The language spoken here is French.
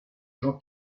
jean